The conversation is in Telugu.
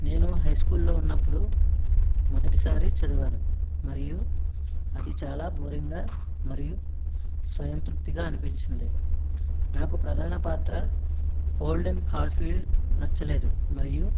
నేను హై స్కూల్లో ఉన్నప్పుడు మొదటిసారి చదివాను మరియు అది చాలా బోరింగ్గా మరియు స్వయంతృప్తిగా అనిపించింది నాకు ప్రధాన పాత్ర హోల్డెన్ కాల్ఫీల్డ్ నచ్చలేదు మరియు